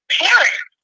parents